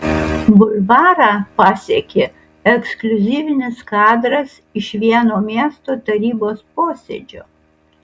bulvarą pasiekė ekskliuzyvinis kadras iš vieno miesto tarybos posėdžio